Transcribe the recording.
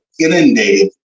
inundated